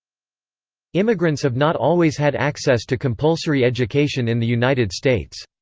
immigrants have not always had access to compulsory education in the united states.